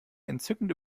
entzückende